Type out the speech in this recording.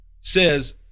says